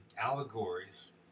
allegories